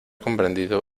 comprendido